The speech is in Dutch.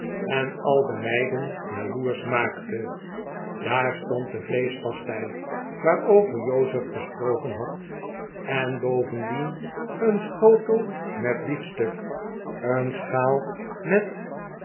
en al de meiden jaloersch maakte daar stond de vleesehpastei waarover jozef gesproken had en bovendien een schotel met biefstuk een schaal met